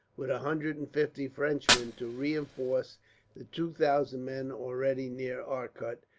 with a hundred and fifty frenchmen, to reinforce the two thousand men already near arcot,